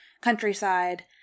countryside